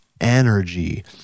energy